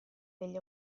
degli